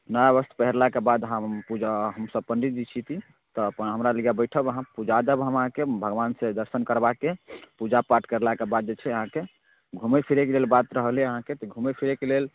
नया वस्त्र पहिरलाके बाद अहाँ पूजा हमसभ पण्डित जी छी तऽ अपन हमरा लग बैठब अहाँ पुजा देब हम अहाँके भगवानके दर्शन करबा कऽ पूजा पाठ करेलाके बाद जे छै अहाँके घूमै फिरैके बात रहलै अहाँके तऽ घूमै फिरैके लेल